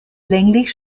länglich